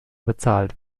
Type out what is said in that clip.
bezahlt